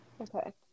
Okay